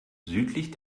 südlich